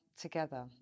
together